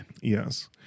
Yes